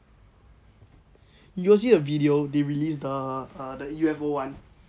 you got see the video they release the err U_F_O one